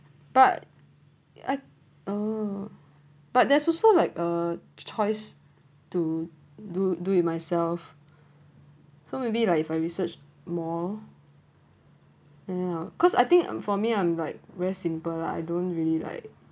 but I oh but there's also like uh choice to do do it myself so maybe like if I research more I don't know cause I think for me I'm like very simple lah I don't really like